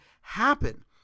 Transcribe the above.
happen